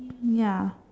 ya